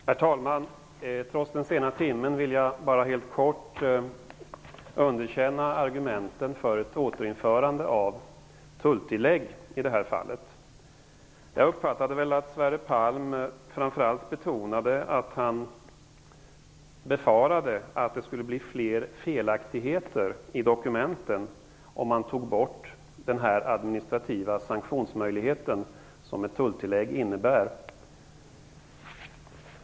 Herr talman! Jag vill trots den sena timmen bara helt kort bemöta argumenten för ett återinförande av tulltillägg. Jag uppfattade att Sverre Palm framför allt befarade att det skulle bli fler felaktigheter i dokumenten, om man tog bort den administrativa sanktionsmöjlighet som ett tulltillägg innebär.